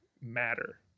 Matter